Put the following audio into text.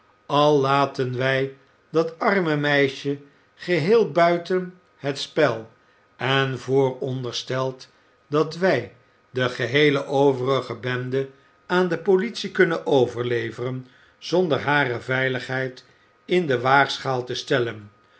al laten wij dat arme meisje geheel buiten het spel en voorondersteld dat wij de geheele overige bende aan de politie kunnen overleveren zonder hare veiligheid in de waagschaal te stellen